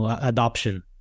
adoption